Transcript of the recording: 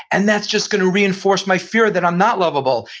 and that's just going to reinforce my fear that i'm not lovable,